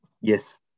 yes